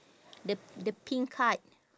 the the pink card